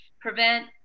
prevent